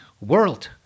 world